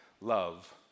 love